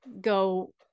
go